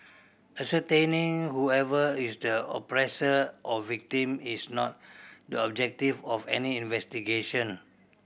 ascertaining whoever is the oppressor or victim is not the objective of any investigation